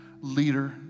leader